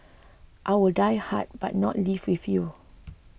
I will die but not leave with you